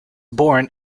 born